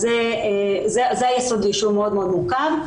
אלה היסודי, שהוא מאוד מאוד מורכב.